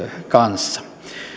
kanssa